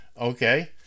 okay